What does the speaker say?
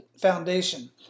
Foundation